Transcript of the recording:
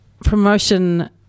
Promotion